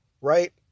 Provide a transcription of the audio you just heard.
right